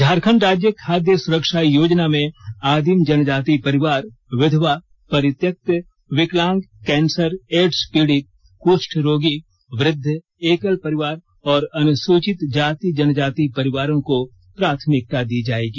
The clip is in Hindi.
झारखंड राज्य खाद्य सुरक्षा योजना में आदिम जनजाति परिवार विधवा परित्यक्त विकलांगकैंसर एडस पीड़ित कृष्ठ रोगी वृद्ध एकल परिवार और अनुसूचित जाति जनजाति परिवारों को प्राथमिकता दी जाएगी